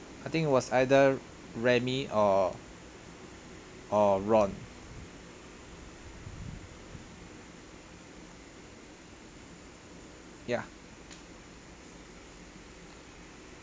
I think it was either remy or or ron ya